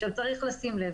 צריך לשים לב